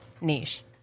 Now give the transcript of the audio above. niche